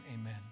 Amen